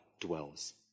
dwells